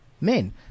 men